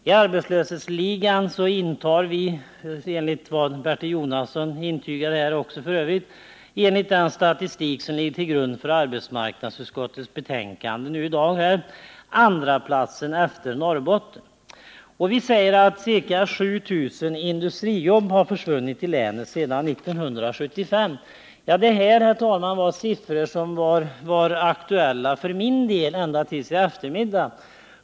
I arbetslöshetsligan intar Värmland andra platsen efter Norrbotten, enligt den statistik som ligger till grund för det betänkande från arbetsmarknadsutskottet som vi nu behandlar — och f. ö. enligt vad Bertil Jonasson nyss intygade. Denna statistik säger att ca 7 000 industrijobb har försvunnit i länet sedan 1975. Det är siffror som var aktuella för min del ända till i eftermiddag.